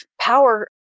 power